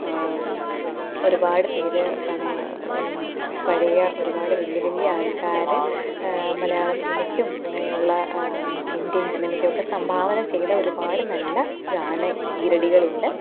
ഒരുപാടുപേർ പഴയ ഒരുപാട് വലിയ വലിയ ആൾക്കാർ മലയാള സിനിമയ്ക്കും അങ്ങനെയുള്ള ഇന്ത്യൻ സിനിമയ്ക്കുമൊക്കെ സംഭാവന ചെയ്ത ഒരുപാട് നല്ല ഗാന ഈരടികളുണ്ട്